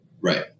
Right